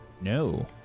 No